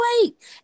wait